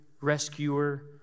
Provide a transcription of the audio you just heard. rescuer